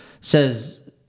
says